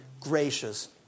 gracious